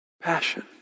passion